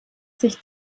sich